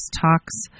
Talks